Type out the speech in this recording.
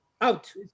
Out